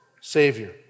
Savior